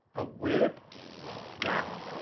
a whip no.